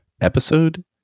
Episode